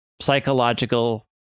psychological